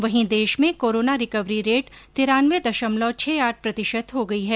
वहीं देश में कोरोना रिकवरी रेट तिरानवे दशमलव छः आठ प्रतिशत हो गई है